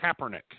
Kaepernick